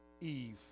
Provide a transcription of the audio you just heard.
Eve